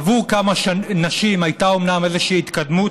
עבור כמה נשים הייתה אומנם איזושהי התקדמות,